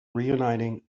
reuniting